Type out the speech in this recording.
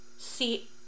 See